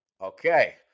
Okay